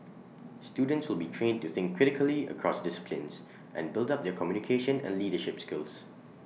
students will be trained to think critically across disciplines and build up their communication and leadership skills